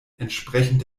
entsprechend